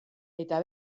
eta